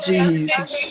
Jesus